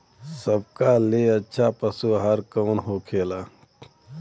सबका ले अच्छा पशु आहार कवन होखेला?